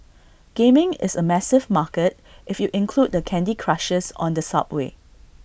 gaming is A massive market if you include the candy Crushers on the subway